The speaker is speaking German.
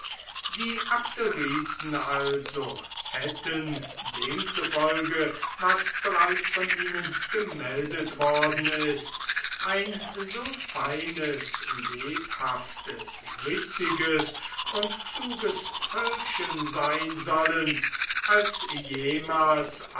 die abderiten also hätten dem zufolge was bereits von ihnen gemeldet worden ist ein so feines lebhaftes witziges und kluges völkchen sein sollen als jemals